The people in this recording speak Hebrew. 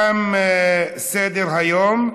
תם סדר-היום.